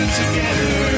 together